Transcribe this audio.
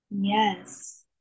Yes